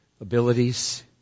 abilities